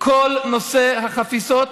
כל נושא החפיסות,